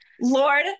Lord